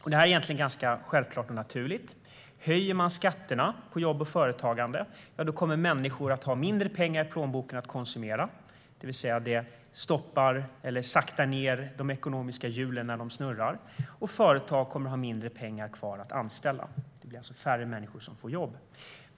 Detta är egentligen ganska självklart och naturligt. Höjer man skatterna på jobb och företagande kommer människor att ha mindre pengar i plånboken att konsumera, det vill säga att det stoppar eller saktar ned de ekonomiska hjulen när de snurrar, och företag kommer att ha mindre pengar kvar att anställa. Det blir alltså färre människor som får jobb.